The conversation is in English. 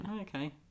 Okay